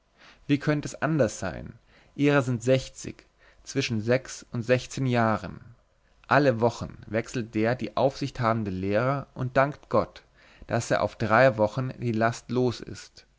wie könnte es anders sein ihrer sind sechzig zwischen sechs und sechzehn jahren alle wochen wechselt der die aufsicht habende lehrer und dankt gott daß er auf drei wochen die last los ist